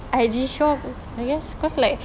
I_G shop I guess cause like